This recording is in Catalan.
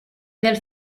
del